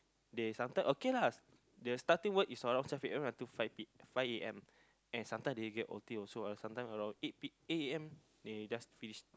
they sometime okay lah their starting work is around twelve a_m to five P five a_m and sometime they get o_t also sometime around eight P eight a_m they just finish